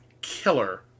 killer